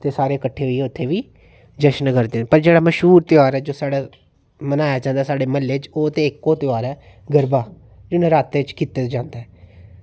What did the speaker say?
ते सारे किट्ठे होइयै उत्थें बी जश्न करदे न पर जेह्ड़ा मश्हूर ध्यार ऐ जेह्ड़ा साढ़ा मनाया जंदा ऐ साढ़े म्हल्ले च ओह् ते इक्को ध्यार ऐ गरबा एह् नरातें च कीता जांदा ऐ